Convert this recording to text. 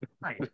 Right